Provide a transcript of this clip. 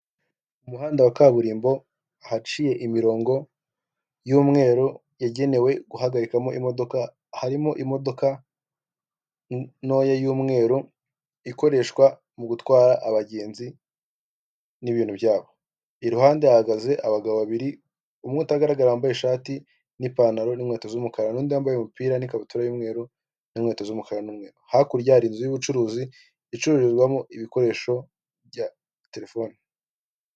Umuhanda wa Kaburimbo ahaciye imirongo y'umweru yagenewe guhagarikamo imodoka. Harimo imodoka ntoya y' umweru ikoreshwa mu gutwara abagenzi n' ibintu byabo, iruhande hahagaze abagabo babiri. Umwe utagaragara wambaye ishati n' ipanaro n' inkweto z' umukara, n'undi wambaye umupira n' ikabutura y' umweru n' inkweto z' umukara n' umweru. Hakurya hari inzu y'ubucuruzi icururizwamo ibikoresho bya terefone.